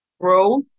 growth